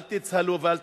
אל תצהלו ואל תשמחו.